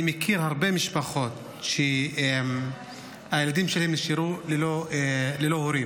אני מכיר הרבה משפחות שהילדים שלהן נשארו ללא הורים,